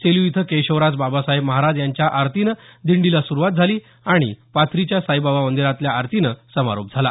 सेलू इथं केशवराज बाबासाहेब महाराज यांच्या आरतीनं दिंडीला सुरुवात झाली आणि पाथरीच्या साईबाबा मंदिरातल्या आरतीनं समारोप झाला